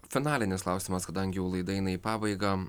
finalinis klausimas kadangi jau laida eina į pabaigą